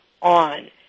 on